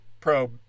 probe